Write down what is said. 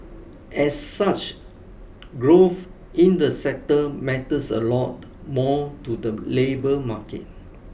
as such growth in the sector matters a lot more to the labour market